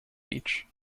beach